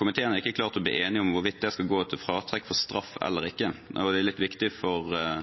Komiteen har ikke klart å bli enig om hvorvidt det skal gå til fratrekk for straff eller ikke. Det er litt viktig for